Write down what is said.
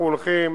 אנחנו הולכים